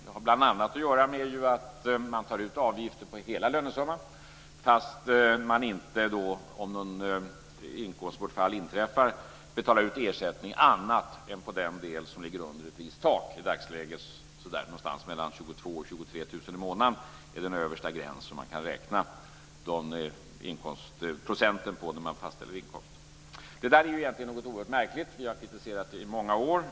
Det har bl.a. att göra med att det tas ut avgifter på hela lönesumman, fast det inte - om det inträffar ett inkomstbortfall - betalas ut någon ersättning annat än på den del som ligger under ett visst tak, i dagsläget mellan 22 000 och 23 000 kr i månaden, vilket är den översta gräns som man kan räkna inkomstprocenten på. Det där är egentligen något oerhört märkligt. Vi har kritiserat det i många år.